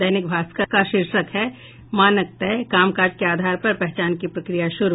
दैनिक भास्कर ने का शीर्षक है मानक तय कामकाज के आधार पर पहचान की प्रक्रिया शुरू